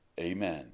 Amen